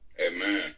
Amen